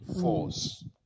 force